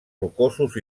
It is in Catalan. rocosos